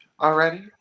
already